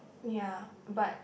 ya but